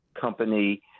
company